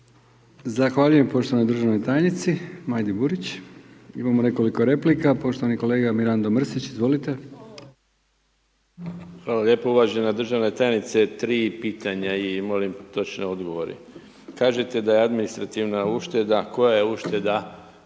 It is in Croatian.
Zahvaljujem poštovanoj državnoj tajnici Majdi Burić. Imamo nekoliko replika. Poštovani kolega Mirando Mrsić, izvolite. **Mrsić, Mirando (Nezavisni)** Hvala lijepo. Uvažena državna tajnice 3 pitanja i molim točne odgovore. Kažete da je administrativna ušteda, koja je ušteda,